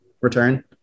return